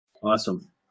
Awesome